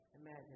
Imagine